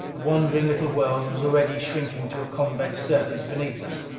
the wandering little world was already shrinking to a convex surface beneath us.